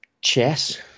Chess